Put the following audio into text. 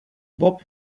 bob